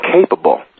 capable